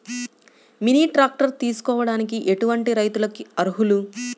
Mini tractor తీసుకోవడానికి ఎటువంటి రైతులకి అర్హులు?